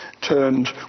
turned